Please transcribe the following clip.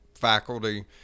faculty